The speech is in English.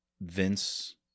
Vince